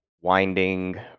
winding